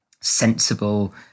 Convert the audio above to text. sensible